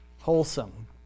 wholesome